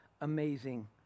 amazing